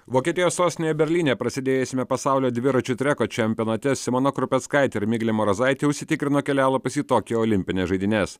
vokietijos sostinėj berlyne prasidėjusiame pasaulio dviračių treko čempionate simona krupeckaitė ir miglė marozaitė užsitikrino kelialapius į tokijo olimpines žaidynes